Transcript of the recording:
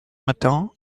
mettant